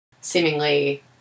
seemingly